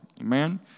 Amen